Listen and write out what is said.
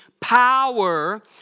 power